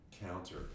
counter